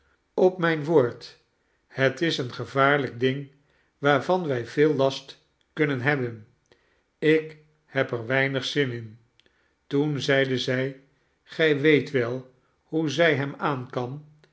op mijn woord het is een gevaarlijk ding waarvan wij veel last kunnen hebben ik heb er weinig zin in toen zeide zij gij weet wel hoe zij hem aan kan